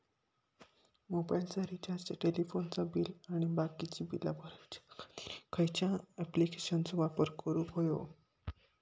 मोबाईलाचा रिचार्ज टेलिफोनाचा बिल आणि बाकीची बिला भरूच्या खातीर खयच्या ॲप्लिकेशनाचो वापर करूक होयो?